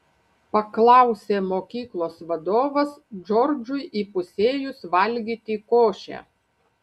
paklausė mokyklos vadovas džordžui įpusėjus valgyti košę